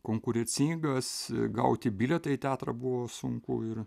konkurencingas gauti bilietą į teatrą buvo sunku ir